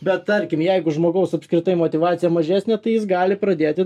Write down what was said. bet tarkim jeigu žmogaus apskritai motyvacija mažesnė tai jis gali pradėti